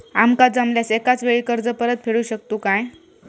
आमका जमल्यास एकाच वेळी कर्ज परत फेडू शकतू काय?